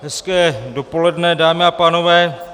Hezké dopoledne, dámy a pánové.